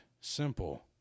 simple